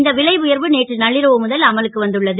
இந்த விலை உயர்வு நேற்று நள்ளிரவு முதல் அமலுக்கு வந்துள்ளது